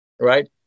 right